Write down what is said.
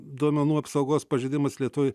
duomenų apsaugos pažeidimais lietuvoj